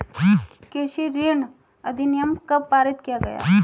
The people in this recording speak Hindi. कृषि ऋण अधिनियम कब पारित किया गया?